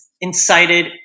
incited